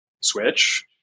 switch